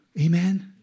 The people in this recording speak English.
Amen